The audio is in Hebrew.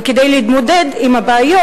כדי להתמודד עם הבעיות.